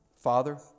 Father